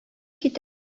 китәр